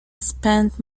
spent